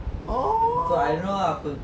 oh